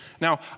Now